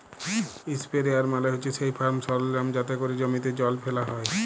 ইসপেরেয়ার মালে হছে সেই ফার্ম সরলজাম যাতে ক্যরে জমিতে জল ফ্যালা হ্যয়